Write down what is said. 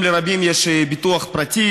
תודה,